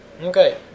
Okay